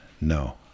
no